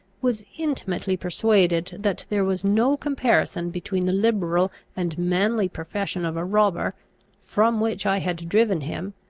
was intimately persuaded that there was no comparison between the liberal and manly profession of a robber from which i had driven him,